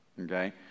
okay